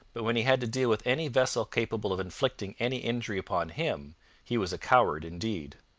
but when he had to deal with any vessel capable of inflicting any injury upon him he was a coward indeed.